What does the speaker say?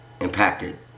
impacted